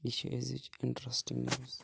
یہِ چھِ أزِچ اِنٹرٛسٹِنٛگ نِوٕز